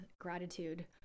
gratitude